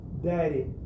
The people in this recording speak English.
daddy